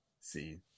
See